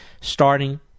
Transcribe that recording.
starting